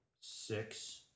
six